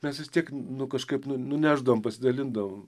mes vis tiek nu kažkaip nu nunešdavom pasidalindavom